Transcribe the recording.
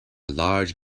large